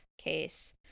case